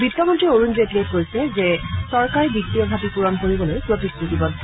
বিত্তমন্ত্ৰী অৰুণ জেটলীয়ে কৈছে যে চৰকাৰ বিত্তীয় ঘাটি পুৰণ কৰিবলৈ প্ৰতিশ্ৰুতিবদ্ধ